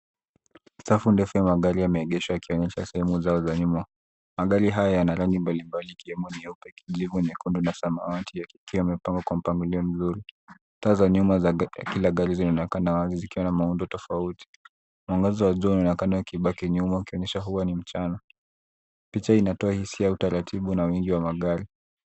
Safu ndefu ya magari yameegeshwa yakionyesha sehemu zao za nyuma. Magari haya yana rangi mbalimbali ikiwemo nyeupe, kijivu, nyekundu na samawati yakiwa yamepangwa kwa mpangilio mzuri. Taa za nyuma za kila gari zinaonekana wazi zikiwa na muundo tofauti. Mwangaza wa jua unaonekana ukibaki nyuma ukionyesha kuwa ni mchana. Picha inatoa hisia ya utaratibu na wingi wa magari.